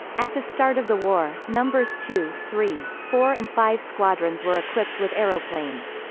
at the start of the war, numbers two, three, four and five squadrons were equipped with aeroplanes.